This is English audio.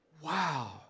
wow